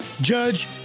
Judge